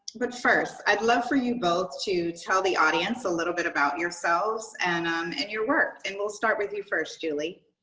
but first i'd love for you both to tell the audience a little bit about yourselves and um and your work. and we'll start with you first, julye.